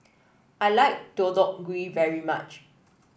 I like Deodeok Gui very much